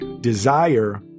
Desire